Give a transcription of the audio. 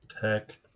tech